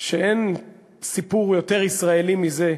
שאין סיפור יותר ישראלי מזה,